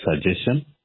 suggestion